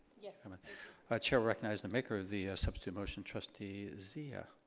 yeah um ah ah chair recognizes the maker of the substitute motion trustee zia.